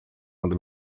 над